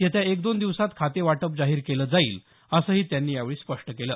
येत्या एक दोन दिवसात खाते वाटप जाहीर केलं जाईल असंही त्यांनी यावेळी स्पष्ट केलं